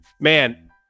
man